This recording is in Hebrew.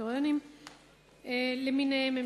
בדירקטוריונים למיניהם,